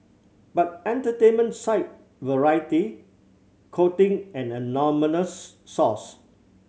but entertainment site Variety quoting an anonymous source